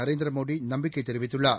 நரேந்திரமோடி நம்பிக்கை தெரிவித்துள்ளார்